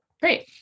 Great